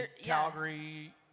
Calgary